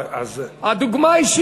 דוגמה אישית.